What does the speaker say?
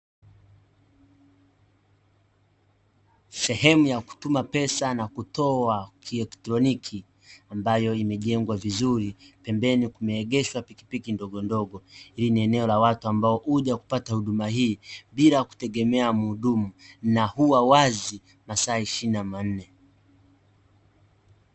Sehemu ya kutuma pesa na kutoa kielektroniki ambayo imejengwa vizuri, pembeni kumeegeshwa pikipiki ndogondogo. Ili ni eneo la watu ambao huja kupata huduma hii, bila kutegemea mhudumu na huwa wazi masaa ishirini na nne.